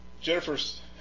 Jennifer's